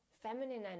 Feminine